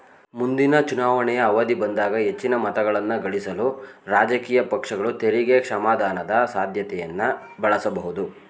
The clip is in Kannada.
ಮುಂದಿನ ಚುನಾವಣೆಯ ಅವಧಿ ಬಂದಾಗ ಹೆಚ್ಚಿನ ಮತಗಳನ್ನಗಳಿಸಲು ರಾಜಕೀಯ ಪಕ್ಷಗಳು ತೆರಿಗೆ ಕ್ಷಮಾದಾನದ ಸಾಧ್ಯತೆಯನ್ನ ಬಳಸಬಹುದು